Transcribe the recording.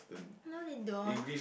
now they don't